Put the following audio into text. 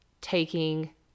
taking